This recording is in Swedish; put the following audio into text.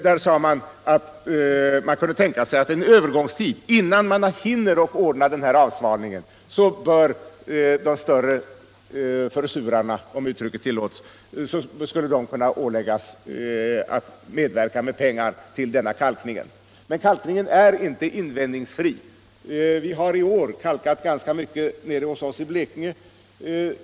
— tänka sig att de större ”försurarna” under en övergångstid, innan man hunnit ordna med avsvavling, borde kunna åläggas att medverka med pengar till kalkning. Men kalkningen av sjöar är inte invändningsfri. Vi har i år kalkat ganska mycket nere hos oss i Blekinge.